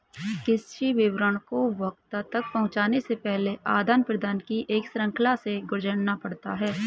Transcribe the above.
कृषि विपणन को उपभोक्ता तक पहुँचने से पहले आदान प्रदान की एक श्रृंखला से गुजरना पड़ता है